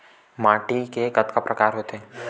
माटी के कतका प्रकार होथे?